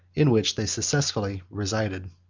in which they successively resided.